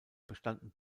bestanden